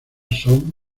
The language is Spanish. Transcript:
son